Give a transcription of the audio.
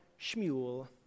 Shmuel